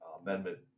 amendment